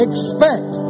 Expect